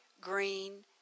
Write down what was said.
green